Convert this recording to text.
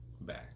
back